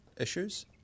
issues